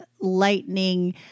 lightning